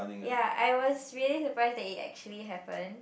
ya I was really surprised that it actually happened